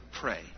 pray